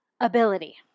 Ability